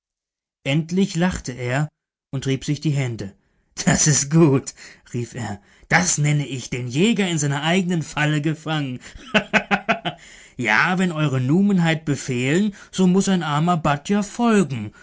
endlich lachte er und rieb sich die hände das ist gut rief er das nenne ich den jäger in seiner eignen falle gefangen ja wenn eure numenheit befehlen so muß ein armer bat ja folgen